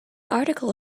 article